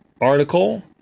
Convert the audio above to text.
article